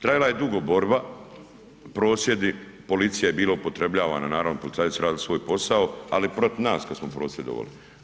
Trajala je dugo borba, prosvjedi, policija je bila upotrebljavana, naravno policajci su radili svoj posao, ali i protiv nas kad smo prosvjedovali.